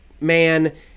man